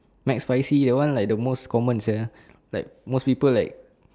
Mcspicy that one like the most common sia like most people like